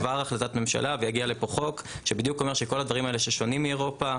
עבר החלטת ממשלה והגיע לפה חוק שאומר שכל הדברים ששונים מאיפה,